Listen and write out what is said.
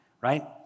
right